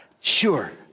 Sure